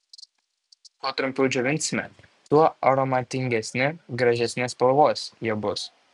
kuo trumpiau džiovinsime tuo aromatingesni gražesnės spalvos jie bus